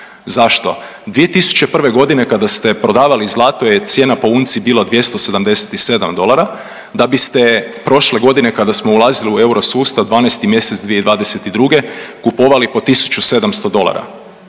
Zašto? 2001. godine kada ste prodavali zlato je cijena po unci bila 277 dolara, da biste prošle godine kada smo ulazili u euro sustav 12 mjesec 2022. kupovali po 1700 dolara.